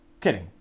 Kidding